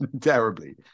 terribly